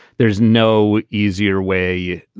there's no easier way.